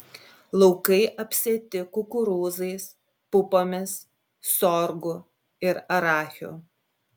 laukai apsėti kukurūzais pupomis sorgu ir arachiu